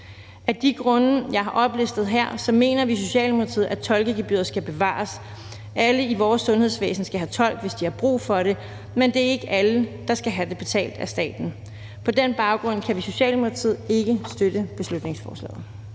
Af de grunde, jeg har oplistet her mener vi i Socialdemokratiet, at tolkegebyret skal bevares. Alle i vores sundhedsvæsen skal have tolk, hvis de har brug for det, men det er ikke alle, der skal have det betalt af staten. På den baggrund kan vi i Socialdemokratiet ikke støtte beslutningsforslaget.